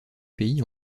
pays